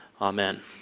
Amen